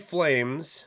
Flames